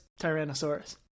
Tyrannosaurus